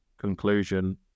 conclusion